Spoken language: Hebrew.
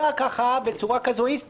לא לזה התכוון המשורר.